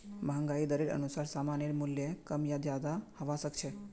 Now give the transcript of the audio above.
महंगाई दरेर अनुसार सामानेर मूल्य कम या ज्यादा हबा सख छ